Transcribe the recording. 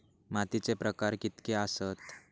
मातीचे प्रकार कितके आसत?